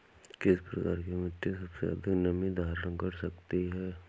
किस प्रकार की मिट्टी सबसे अधिक नमी धारण कर सकती है?